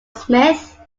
smith